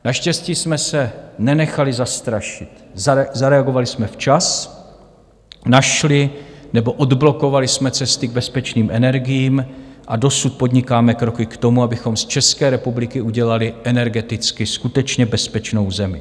Naštěstí jsme se nenechali zastrašit, zareagovali jsme včas, našli nebo odblokovali jsme cesty k bezpečným energiím a dosud podnikáme kroky k tomu, abychom z České republiky udělali energeticky skutečně bezpečnou zemi.